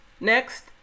Next